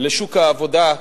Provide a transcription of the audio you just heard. לשוק העבודה,